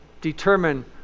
determine